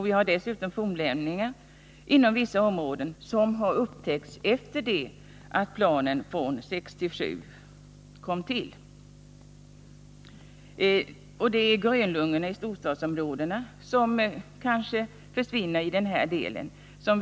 Vi har dessutom fornlämningar inom vissa områden, som har upptäckts efter det att planen kom till 1967.